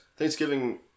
Thanksgiving